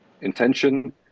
intention